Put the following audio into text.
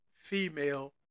female